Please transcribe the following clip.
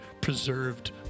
preserved